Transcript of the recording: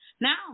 Now